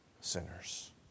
sinners